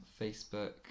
facebook